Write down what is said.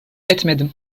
etmedim